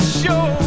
show